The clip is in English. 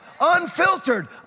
unfiltered